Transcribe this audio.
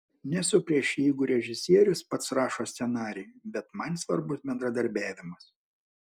nesu prieš jeigu režisierius pats rašo scenarijų bet man svarbus bendradarbiavimas